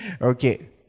Okay